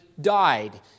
died